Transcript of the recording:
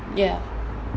ya